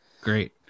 Great